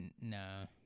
No